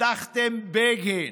הבטחתם בגין,